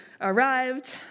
arrived